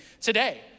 today